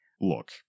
Look